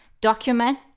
Document